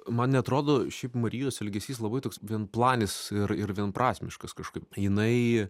man neatrodo šiaip marijos elgesys labai toks vien planis ir ir vienprasmiškas kažkaip jinai